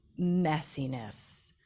messiness